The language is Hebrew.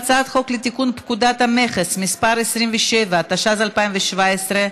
בהצעת חוק בעניין תקופת לידה והורות ובהצעת חוק התכנון והבנייה (תיקון,